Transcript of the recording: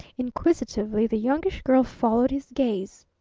inquisitively the youngish girl followed his gaze.